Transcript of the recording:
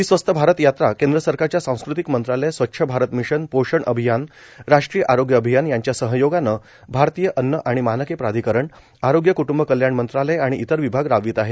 ही स्वस्थ भारत यात्रा केंद्र सरकारच्या सांस्कृतिक मंत्रालय स्वच्छ भारत मिशन पोषण अभियान राष्ट्रीय आरोग्य अभियान यांच्या सहयोगानं भारतीय अन्न आणि मानके प्राधिकरण आरोग्य क्टंब कल्याण मंत्रालय आणि इतर विभाग राबवित आहेत